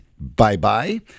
bye-bye